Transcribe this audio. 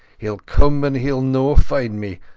heall come and heall no find me,